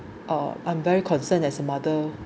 uh I'm very concerned as a mother